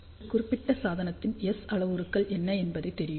இந்த குறிப்பிட்ட சாதனத்தின் S அளவுருக்கள் என்ன என்பது தெரியும்